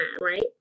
right